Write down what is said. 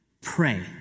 Pray